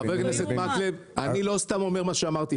חבר הכנסת מקלב, לא סתם אמרתי כך.